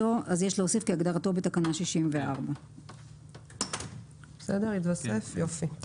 יש להוסיף: כהגדרתו בתקנה 64. 97.בדיקת